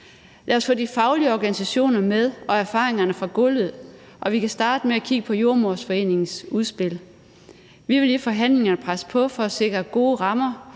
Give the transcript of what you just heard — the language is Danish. Lad os få de faglige organisationer og erfaringerne fra gulvet med, og vi kan starte med at kigge på Jordemoderforeningens udspil. Vi vil i forhandlingerne presse på for at sikre gode rammer